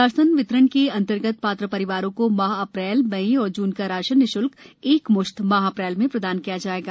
ration वितरण के अंतर्गत पात्र परिवारों को माह अप्रैल मई एवं जून का राशन निश्ल्क एकम्श्त अप्रैल में प्रदान किया जाएगा